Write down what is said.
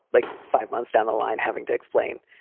like five months down the line having to explain,